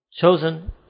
Chosen